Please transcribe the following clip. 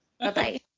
Bye-bye